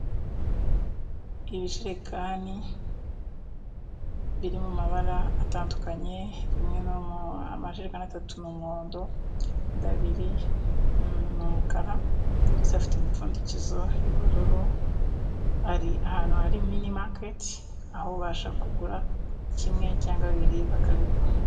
Ibijerekani biri mu mabara atandukanye, rimwe amajerekani atatu ni umuhondo, abiri ni umukara. Yose afite imipfundikizo y'ubururu ari ahantu hari mini maketi, aho babasha kugura kimwe cyangwa bibiri bakabigura.